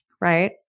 Right